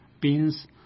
beans